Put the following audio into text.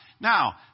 Now